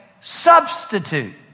substitute